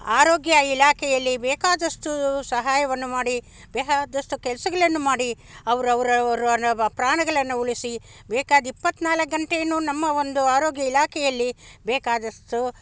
ಆರೋಗ್ಯ ಇಲಾಖೆಯಲ್ಲಿ ಬೇಕಾದಷ್ಟು ಸಹಾಯವನ್ನು ಮಾಡಿ ಬೇಹಾದಷ್ಟು ಕೆಲ್ಸಗಳನ್ನು ಮಾಡಿ ಅವರವರವರ ರವ ಪ್ರಾಣಗಳನ್ನು ಉಳಿಸಿ ಬೇಕಾದ ಇಪ್ಪತ್ತು ನಾಲ್ಕು ಗಂಟೆ ನಮ್ಮ ಒಂದು ಆರೋಗ್ಯ ಇಲಾಖೆಯಲ್ಲಿ ಬೇಕಾದಷ್ಟು